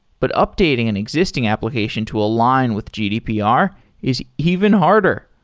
but updating an existing application to align with gdpr is even harder.